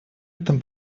этом